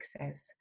says